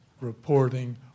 reporting